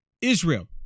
Israel